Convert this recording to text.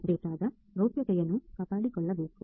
ಡೇಟಾದ ಗೌಪ್ಯತೆಯನ್ನು ಕಾಪಾಡಿಕೊಳ್ಳಬೇಕು